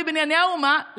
בבנייני האומה,